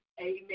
Amen